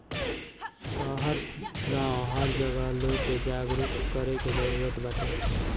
शहर गांव हर जगह लोग के जागरूक करे के जरुरत बाटे